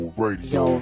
radio